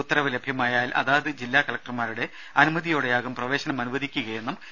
ഉത്തരവ് ലഭ്യമായാൽ അതാത് ജില്ലാ കളക്ടർമാരുടെ അനുമതിയോടെയാകും പ്രവേശനം അനുവദിക്കുകയെന്നും അവർ പറഞ്ഞു